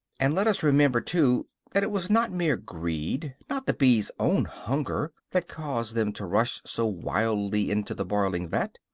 and let us remember too that it was not mere greed, not the bees' own hunger, that caused them to rush so wildly into the boiling vat.